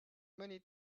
many